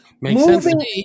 moving